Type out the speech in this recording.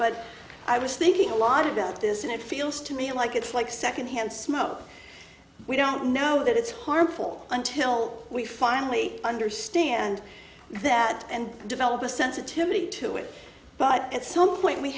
but i was thinking a lot about this and it feels to me like it's like secondhand smoke we don't know that it's harmful until we finally understand that and develop a sensitivity to it but at some point we